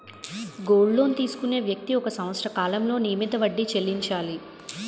gold loan తీసుకునే వ్యక్తి ఒక సంవత్సర కాలంలో నియమిత వడ్డీ చెల్లించాలి